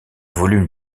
volume